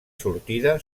sortida